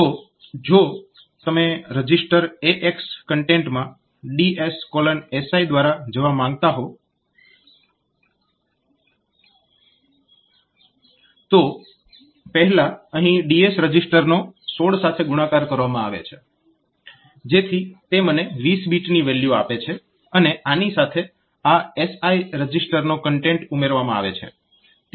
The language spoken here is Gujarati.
તો જો તમે રજીસ્ટર AX કન્ટેન્ટમાં DSSI દ્વારા જવા માંગતા હો તો પહેલા અહીં DS રજીસ્ટરનો 16 સાથે ગુણાકાર કરવામાં આવે છે જેથી તે મને 20 બીટની વેલ્યુ આપે છે અને આની સાથે આ SI રજીસ્ટરનો કન્ટેન્ટ ઉમેરવામાં આવે છે